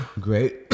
great